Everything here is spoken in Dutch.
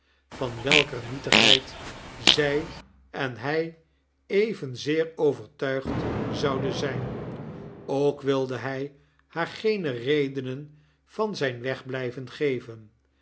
van welker nietigheid zij en hij evenzeer overtuigd zouden zijn ook wilde hij haar geene redenen van zyn wegblijven geven